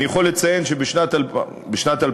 אני יכול לציין שבשנת 2013,